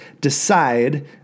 decide